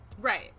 Right